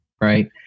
right